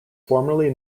formerly